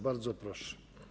Bardzo proszę.